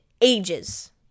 ages